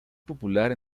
popular